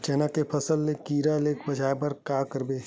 चना के फसल कीरा ले बचाय बर का करबो?